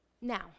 now